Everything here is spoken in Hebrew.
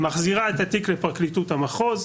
מחזירה את התיק לפרקליטות המחוז.